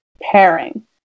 pairing